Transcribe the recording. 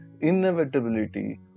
inevitability